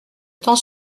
temps